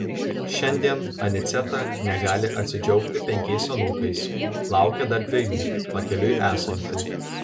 šiandien aniceta negali atsidžiaugti penkiais anūkais laukia dar dviejų pakeliui esančių